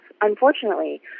Unfortunately